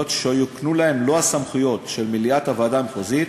שיוקנו להן מלוא הסמכויות של מליאת הוועדה המחוזית